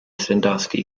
sandusky